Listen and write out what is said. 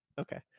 Okay